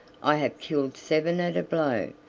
i have killed seven at a blow,